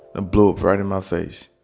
ah blew up right in my face.